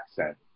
accent